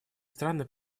страны